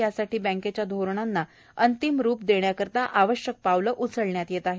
यासाठी बँकेच्या धोरणांना अंतिम रूप देण्यासाठी आवश्यक पावले उचलण्यात येत आहेत